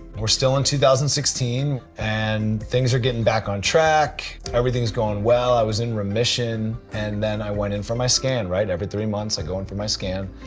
we're still in two thousand and sixteen, and things are getting back on track. everything's going well, i was in remission. and then i went in for my scan right? every three months i go in for my scan,